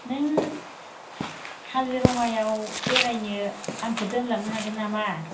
नों काजिरङायाव बेरायनो आंखौ दोनलांनो हागोन नामा